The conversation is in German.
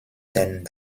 den